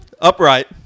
upright